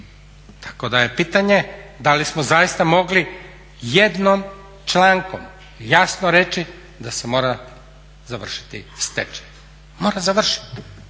Tako da je pitanje da li smo zaista mogli jednim člankom jasno reći da se mora završiti stečaj, mora završit,